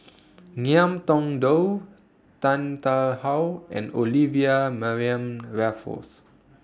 Ngiam Tong Dow Tan Tarn How and Olivia Mariamne Raffles